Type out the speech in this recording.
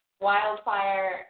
wildfire